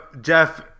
Jeff